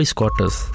quarters